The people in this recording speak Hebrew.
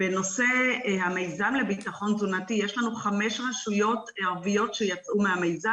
בנושא המיזם לביטחון תזונתי יש לנו חמש רשויות ערביות שיצאו מהמיזם,